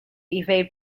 evade